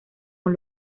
con